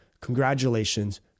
Congratulations